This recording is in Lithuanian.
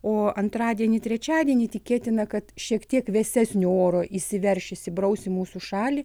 o antradienį trečiadienį tikėtina kad šiek tiek vėsesnio oro įsiverš įsibraus į mūsų šalį